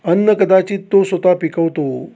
अन्न कदाचित तो स्वता पिकवतो